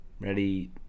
ready